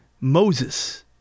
Moses